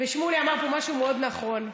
שמולי אמר פה משהו מאוד נכון.